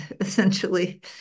essentially